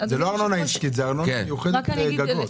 זה לא ארנונה עסקית, זה ארנונה מיוחדת לגגות.